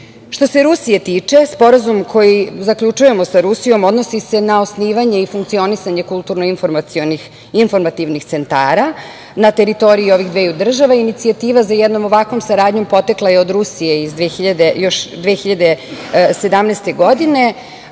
se Rusije tiče, Sporazum koji zaključujemo sa Rusijom odnosi se na osnivanje i funkcionisanje kulturno informativnih centara na teritoriji ovih dveju država. Inicijativa za jednom ovakvom saradnjom potekla je od Rusije iz 2017.